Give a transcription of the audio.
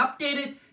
updated